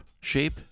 shape